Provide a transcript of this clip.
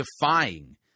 defying